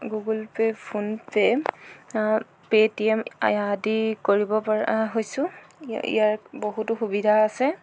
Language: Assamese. গুগুল পে' ফোনপে' পে'টিএম আদি কৰিব পৰা হৈছোঁ ইয়াত বহুতো সুবিধা আছে